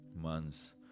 months